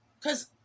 Cause